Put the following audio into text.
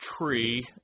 tree